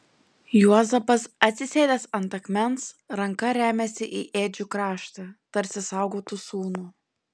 juozapas atsisėdęs ant akmens ranka remiasi į ėdžių kraštą tarsi saugotų sūnų